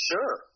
Sure